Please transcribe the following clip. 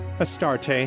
Astarte